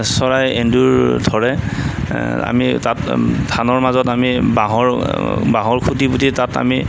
চৰাই এন্দুৰ ধৰে আমি তাত ধানৰ মাজত আমি বাঁহৰ বাঁহৰ খুটি পুতি তাত আমি